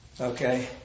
Okay